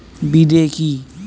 বিদে কি?